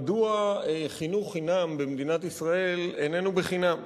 מדוע חינוך חינם במדינת ישראל איננו חינם.